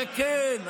וכן,